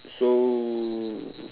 so